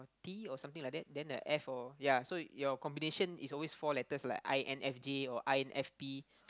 T or something like that then the F or ya so your combination is always four letters like i_n_f_j or i_n_f_p